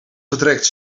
vertrekt